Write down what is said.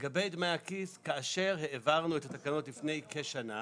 לגבי דמי הכיס, כאשר העברנו את התקנות לפני כשנה,